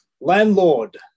Landlord